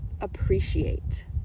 appreciate